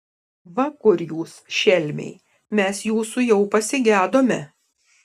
va kur jūs šelmiai mes jūsų jau pasigedome